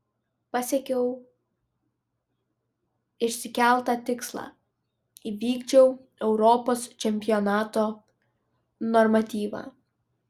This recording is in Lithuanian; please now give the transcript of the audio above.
pasiekiau išsikeltą tikslą įvykdžiau europos čempionato normatyvą